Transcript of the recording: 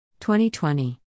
2020